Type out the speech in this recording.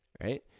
right